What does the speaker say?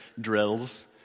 drills